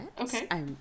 Okay